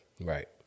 Right